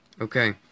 Okay